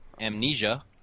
Amnesia